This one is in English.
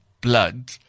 blood